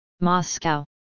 Moscow